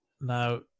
Now